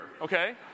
okay